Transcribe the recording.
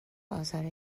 آزار